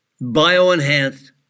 bio-enhanced